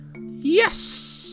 Yes